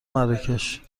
مراکش